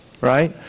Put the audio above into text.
right